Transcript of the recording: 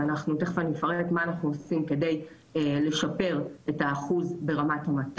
ותכף אני אפרט מה אנחנו עושים כדי לשפר את האחוז ברמת המטה.